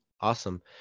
Awesome